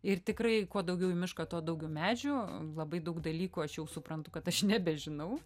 ir tikrai kuo daugiau į mišką tuo daugiau medžių labai daug dalykų aš jau suprantu kad aš nebežinau